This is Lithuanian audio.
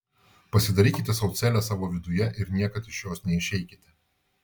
pasidarykite sau celę savo viduje ir niekad iš jos neišeikite